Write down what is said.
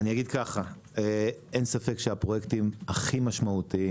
אין ספק שהפרויקטים הכי משמעותיים,